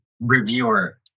reviewer